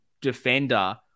defender